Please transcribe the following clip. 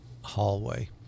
hallway